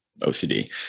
OCD